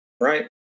right